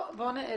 עצוב.